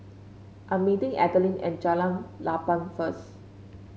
I'm meeting Adelyn at Jalan Lapang first